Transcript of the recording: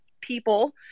people